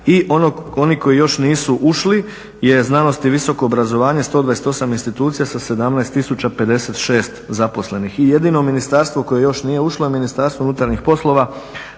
I oni koji još nisu ušli je znanost i visoko obrazovanje, 128 institucija sa 17 056 zaposlenih. I jedino ministarstvo koje još nije ušlo je Ministarstvo unutarnjih poslova